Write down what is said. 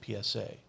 PSA